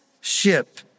ship